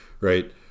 right